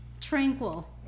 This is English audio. Tranquil